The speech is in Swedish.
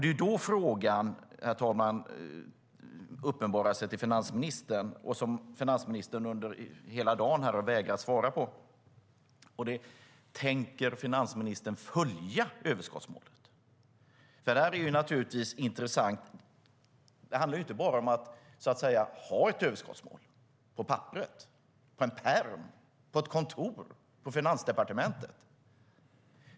Det är då frågan till finansministern uppenbarar sig - den har han under hela dagen vägrat att svara på: Tänker finansministern följa överskottsmålet? Det är naturligtvis intressant. Det handlar ju inte bara om att ha ett överskottsmål på papperet, i en pärm, på ett kontor i Finansdepartementet.